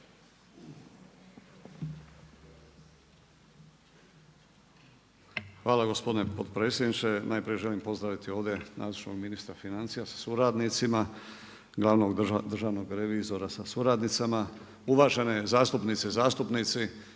Hvala gospodin potpredsjedniče. Najprije želim pozdraviti ovdje nazočnog ministra financija sa suradnicima, glavnog državnog revizora sa suradnicama. Uvažene zastupnice i zastupnici,